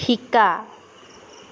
শিকা